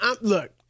look